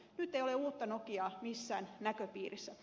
nyt ei ole uutta nokiaa missään näköpiirissä